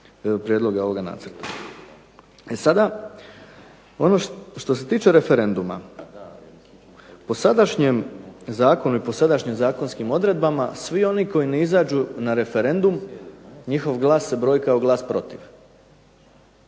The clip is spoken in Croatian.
prijedloga ovoga nacrta. E sada, što se tiče referenduma, po sadašnjem zakonu i po sadašnjim zakonskim odredbama svi oni koji ne izađu na referendum njihov glas se broji kao glas protiv.